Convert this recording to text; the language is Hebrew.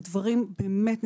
ובאמת,